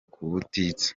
ubutitsa